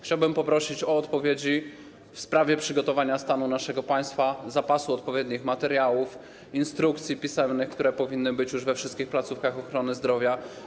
Chciałbym poprosić o odpowiedzi w sprawie stanu przygotowania naszego państwa, zapasu odpowiednich materiałów i instrukcji pisemnych, które powinny być już we wszystkich placówkach ochrony zdrowia.